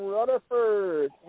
Rutherford